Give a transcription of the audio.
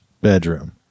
bedroom